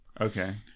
Okay